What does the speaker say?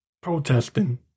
Protesting